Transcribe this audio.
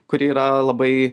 kuri yra labai